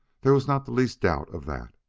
there was not the least doubt of that.